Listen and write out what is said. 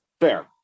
Fair